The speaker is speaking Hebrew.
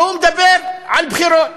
והוא מדבר על בחירות.